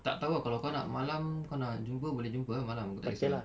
tak tahu ah kalau kau nak malam kau nak jumpa boleh jumpa ah malam aku tak kesah